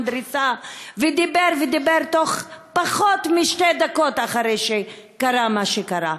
דריסה ודיבר ודיבר בתוך פחות משתי דקות אחרי שקרה מה שקרה.